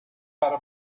para